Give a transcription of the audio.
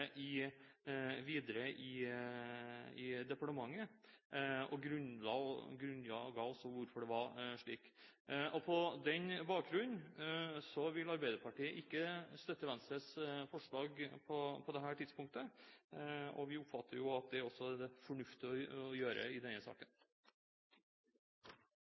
i departementet. Hun grunnga også hvorfor det var slik. På den bakgrunn vil Arbeiderpartiet ikke støtte Venstres forslag på dette tidspunktet. Vi oppfatter også at det er fornuftig å gjøre i denne saken.